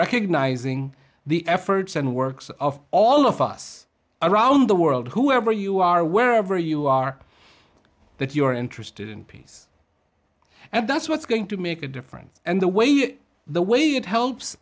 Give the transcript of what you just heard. recognizing the efforts and works of all of us around the world whoever you are wherever you are that you are interested in peace and that's what's going to make a difference and the way the way it helps